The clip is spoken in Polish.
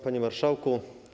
Panie Marszałku!